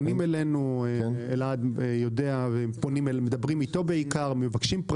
פונים אלינו ומדברים בעיקר עם אלעד.